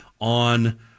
on